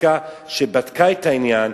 הסטטיסטיקה שבדקה את העניין,